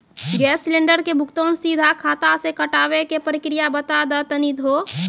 Gas cylinder के भुगतान सीधा खाता से कटावे के प्रक्रिया बता दा तनी हो?